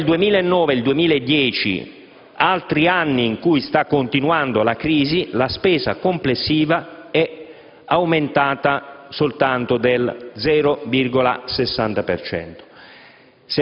Tra il 2009 e il 2010, altri anni in cui è continuata la crisi, la spesa complessiva è aumentata soltanto dello 0,60